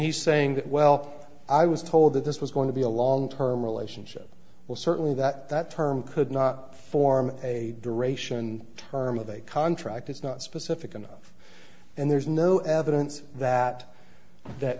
he's saying that well i was told that this was going to be a long term relationship well certainly that that term could not form a duration term of a contract it's not specific enough and there's no evidence that that